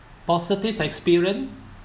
positive experience